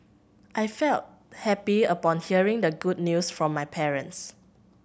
I felt happy upon hearing the good news from my parents